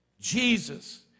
Jesus